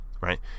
right